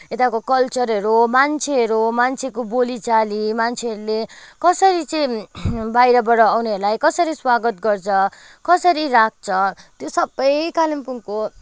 यताको कल्चरहरू मान्छेहरू मान्छेको बोलीचाली मान्छेहरूले कसरी चाहिँ बाहिरबाट आउनेहरूलाई कसरी चाहिँ स्वागत गर्छ कसरी राख्छ त्यो सबै कालिम्पोङको